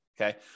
Okay